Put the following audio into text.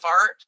art